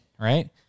right